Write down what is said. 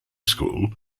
school